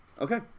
okay